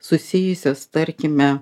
susijusias tarkime